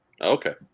Okay